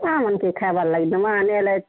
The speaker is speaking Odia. ଗାଁ ମାନଙ୍କେ ଖାଇବାର୍ ଲାଗି ଦେମା ଆମେ ହେଲେ